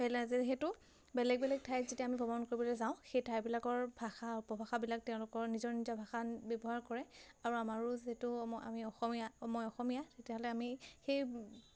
পেলাই যে সেইটো বেলেগ বেলেগ ঠাইত যেতিয়া আমি ভ্ৰমণ কৰিবলৈ যাওঁ সেই ঠাইবিলাকৰ ভাষা উপভাষাবিলাক তেওঁলোকৰ নিজৰ নিজা ভাষা ব্যৱহাৰ কৰে আৰু আমাৰো যিহেতু আমি অসমীয়া মই অসমীয়া তেতিয়াহ'লে আমি সেই